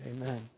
Amen